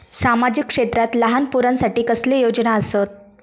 सामाजिक क्षेत्रांत लहान पोरानसाठी कसले योजना आसत?